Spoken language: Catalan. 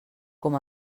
com